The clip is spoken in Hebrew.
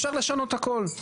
אפשר לשנות הכול.